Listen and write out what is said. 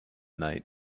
night